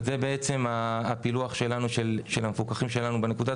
זה הפילוח של המפוקחים שלנו בנקודת